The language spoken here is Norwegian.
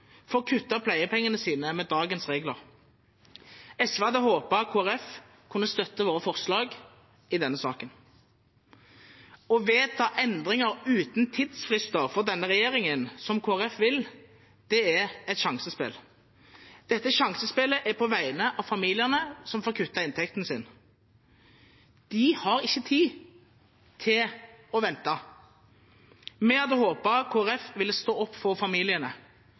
pleiepengene sine med dagens regler. SV hadde håpet Kristelig Folkeparti kunne støttet våre forslag i denne saken. Å vedta endringer uten tidsfrist for denne regjeringen, slik Kristelig Folkeparti vil, er et sjansespill. Dette sjansespillet er på vegne av familiene som får kuttet inntekten sin. De har ikke tid til å vente. Vi hadde håpet at Kristelig Folkeparti ville stå opp for familiene.